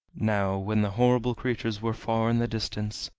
now when the horrible creatures were far in the distance,